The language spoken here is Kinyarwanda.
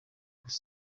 gusa